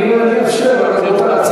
תכף ימשיך.